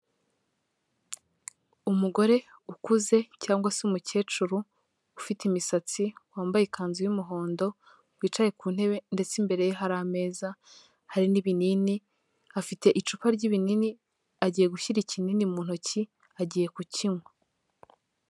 Umugore ukuze cyangwa se umukecuru ufite imisatsi, wambaye ikanzu y'umuhondo wicaye ku ntebe ndetse imbere hari ameza, hari n'ibinini, afite icupa ry'ibinini agiye gushyira ikinini mu ntoki agiye kukinywa.